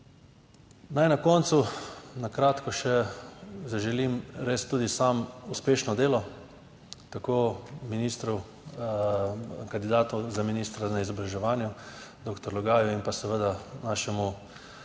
Naj na koncu na kratko še zaželim res tudi sam uspešno delo tako ministru, kandidatu za ministra za izobraževanje doktor Logaju in pa seveda našemu